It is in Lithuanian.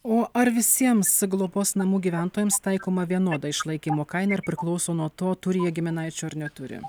o ar visiems globos namų gyventojams taikoma vienoda išlaikymo kaina ir priklauso nuo to turi jie giminaičių ar neturi